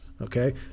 Okay